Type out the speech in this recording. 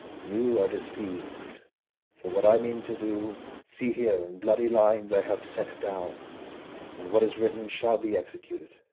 you are deceiv'd for what i mean to do see here in bloody lines i have set down and what is written shall be executed.